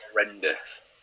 horrendous